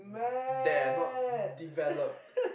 mad